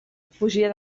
fugia